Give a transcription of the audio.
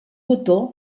botó